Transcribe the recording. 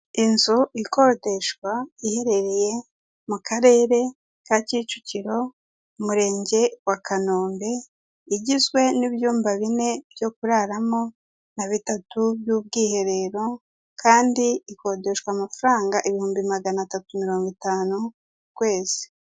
Inzu ikodeshwa iherereye mu karere ka kicukiro umurenge wa Kanombe igizwe n'ibyumba bine byo kuraramo na bitatu by'ubwiherero, kandi ikodeshwa amafaranga ibihumbi magana atatu na mirongo itanu mu kwezi.